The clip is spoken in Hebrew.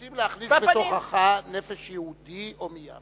רוצים להכניס בתוכך "נפש יהודי הומייה".